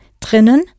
drinnen